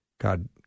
God